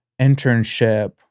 internship